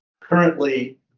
Currently